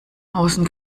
außen